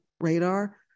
radar